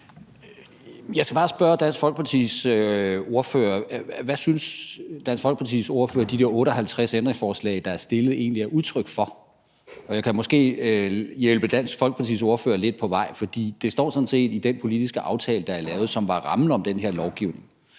Jeg skal bare spørge Dansk Folkepartis ordfører: Hvad synes Dansk Folkepartis ordfører, at de der 58 ændringsforslag, der er stillet, egentlig er udtryk for? Og jeg kan måske hjælpe Dansk Folkepartis ordfører lidt på vej, for det står sådan set i den politiske aftale, der er lavet, og som var rammen om den her lovgivning,